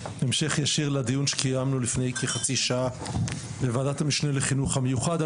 המשך ישיר לדיון שקיימנו לפני כחצי שעה בוועדת המשנה לחינוך המיוחד.